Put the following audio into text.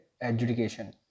adjudication